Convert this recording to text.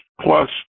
plus